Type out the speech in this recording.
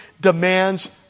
demands